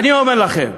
אני אומר לכם,